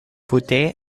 voûtée